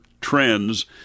trends